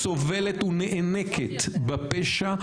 סובלת ונאנקת בפשע,